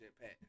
Pat